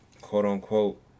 quote-unquote